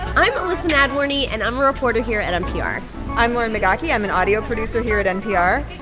i'm elissa nadworny, and i'm a reporter here at npr i'm lauren migaki. i'm an audio producer here at npr.